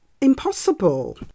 impossible